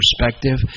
perspective